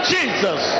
Jesus